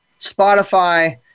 Spotify